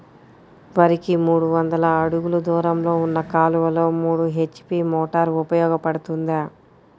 వరికి మూడు వందల అడుగులు దూరంలో ఉన్న కాలువలో మూడు హెచ్.పీ మోటార్ ఉపయోగపడుతుందా?